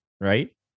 right